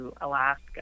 Alaska